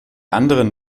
anderen